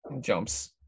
jumps